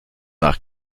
nach